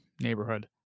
neighborhood